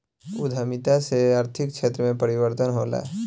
उद्यमिता से आर्थिक क्षेत्र में परिवर्तन होला